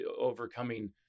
overcoming